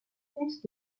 comtes